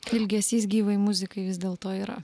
ilgesys gyvai muzikai vis dėlto yra